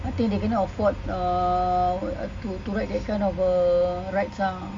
I think they cannot afford uh to to ride that kind of uh rides ah